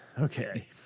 Okay